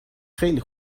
خیلی